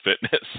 fitness